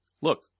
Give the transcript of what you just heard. look